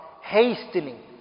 hastening